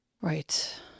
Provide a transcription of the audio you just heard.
Right